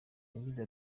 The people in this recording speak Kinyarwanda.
yagize